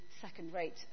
second-rate